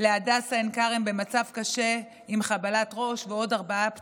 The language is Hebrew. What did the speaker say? להדסה עין כרם במצב קשה עם חבלת ראש ועוד ארבעה פצועים.